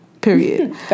Period